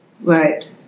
Right